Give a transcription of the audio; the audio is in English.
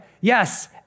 yes